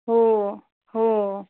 हो हो